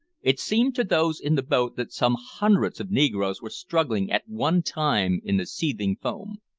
it seemed to those in the boat that some hundreds of negroes were struggling at one time in the seething foam.